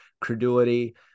credulity